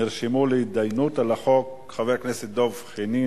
נרשמו להתדיינות על החוק: חבר הכנסת דב חנין,